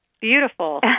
Beautiful